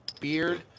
Beard